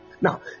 Now